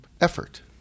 effort